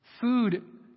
Food